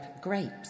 grapes